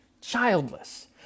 childless